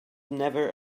never